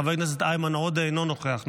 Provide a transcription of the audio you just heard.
חבר הכנסת איימן עודה אינו נוכח,